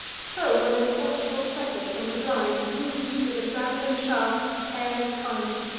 so when the watchful shepherd, from the blind, wounds with a random shaft the careless hind,